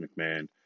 McMahon